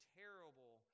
terrible